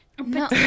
No